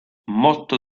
motto